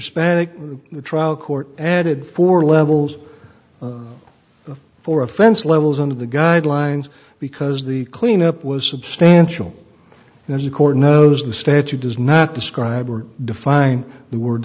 spann to the trial court added four levels of four offense levels under the guidelines because the cleanup was substantial and he court knows the statute does not describe or define the word